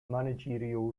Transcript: managerial